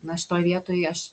na šitoj vietoj aš